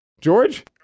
George